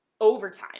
overtime